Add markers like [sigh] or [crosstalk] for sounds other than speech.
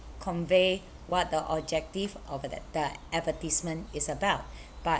convey what the objective of that the advertisement is about [breath] but